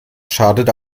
schadet